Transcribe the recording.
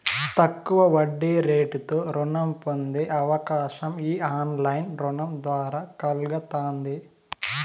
తక్కువ వడ్డీరేటుతో రుణం పొందే అవకాశం ఈ ఆన్లైన్ రుణం ద్వారా కల్గతాంది